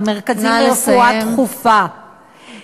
במרכזים לרפואה דחופה,